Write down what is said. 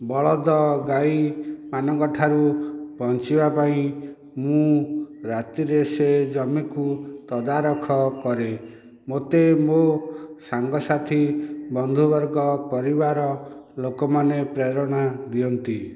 ବଳଦ ଗାଈମାନଙ୍କଠାରୁ ବଞ୍ଚିବା ପାଇଁ ମୁଁ ରାତିରେ ସେ ଜମିକୁ ତଦାରଖ କରେ ମୋତେ ମୋ ସାଙ୍ଗସାଥୀ ବନ୍ଧୁବର୍ଗ ପରିବାର ଲୋକମାନେ ପ୍ରେରଣା ଦିଅନ୍ତି